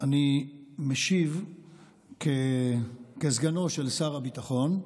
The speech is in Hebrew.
אני משיב כסגנו של שר הביטחון,